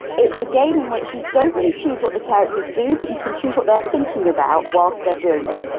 it's a game in which you don't really choose what the characters do but you can choose what they are thinking about whilst they are doing it.